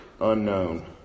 unknown